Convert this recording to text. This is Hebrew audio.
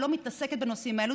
שלא מתעסקת בנושאים האלה.